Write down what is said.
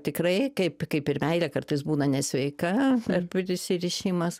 tikrai kaip kaip ir meilė kartais būna nesveika ar prisirišimas